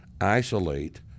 isolate